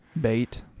Bait